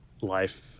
life